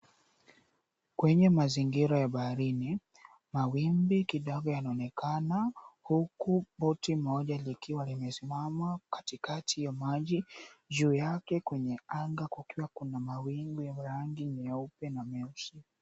Kwenye mazingira ya baharini mawimbi kidogo yanaonekana huku boti moja likiwa limesimama katikati ya maji juu yake kwenye anga kukiwa kuna mawingu yenye rangi meupe na meusi.